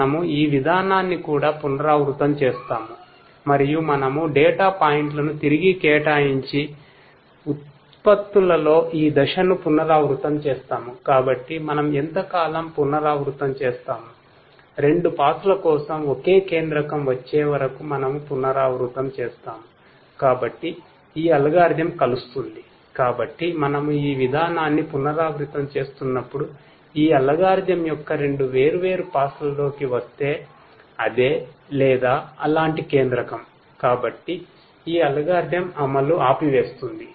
మనము క్లస్టర్ అమలునుఆపివేస్తుంది